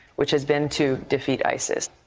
which has been to defeat isis.